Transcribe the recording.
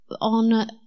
on